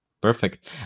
Perfect